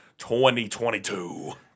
2022